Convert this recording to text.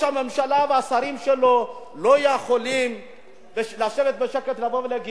ראש הממשלה והשרים שלו לא יכולים לשבת בשקט, לומר: